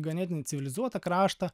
ganėtinai civilizuotą kraštą